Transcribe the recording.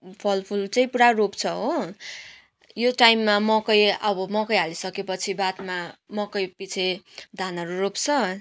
फलफुल चाहिँ पुरा रोप्छ हो यो टाइममा मकै अब मकै हालिसकेपछि बादमा मकैपछि धानहरू रोप्छ